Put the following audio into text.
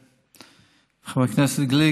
אדוני חבר הכנסת גליק,